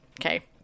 Okay